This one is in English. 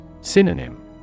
Synonym